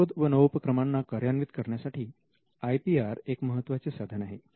नवशोध व नवोपक्रमाना कार्यान्वित करण्यासाठी आय पी आर एक महत्त्वाचे साधन आहे